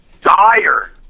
dire